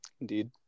Indeed